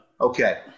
Okay